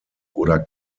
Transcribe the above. oder